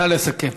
נא לסכם.